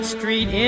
Street